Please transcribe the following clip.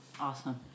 awesome